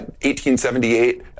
1878